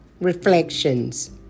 Reflections